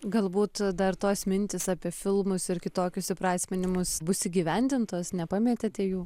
galbūt dar tos mintys apie filmus ir kitokius įprasminimus bus įgyvendintos nepametėte jų